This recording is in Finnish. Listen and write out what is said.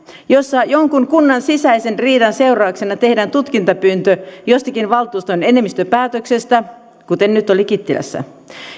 jossa jonkun kunnan sisäisen riidan seurauksena tehdään tutkintapyyntö jostakin valtuuston enemmistöpäätöksestä kuten nyt oli kittilässä